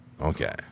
Okay